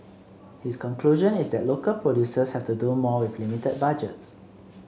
his conclusion is that local producers have to do more with limited budgets